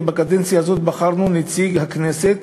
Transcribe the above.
כי בקדנציה הזאת בחרנו את נציג הכנסת